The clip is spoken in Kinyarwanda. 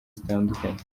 zitandukanye